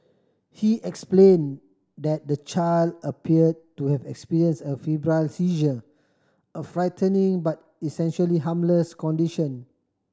he explain that the child appear to have experience a febrile seizure a frightening but essentially harmless condition